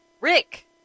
rick